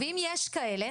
ואם יש כאלה,